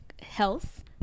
health